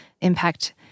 impact